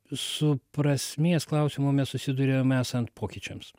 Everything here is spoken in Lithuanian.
su prasmės klausimu mes susiduriam esant pokyčiams